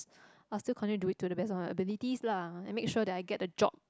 I'll still continue to do it to the best of my abilities lah and make sure that I get the job